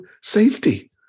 safety